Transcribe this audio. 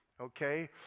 Okay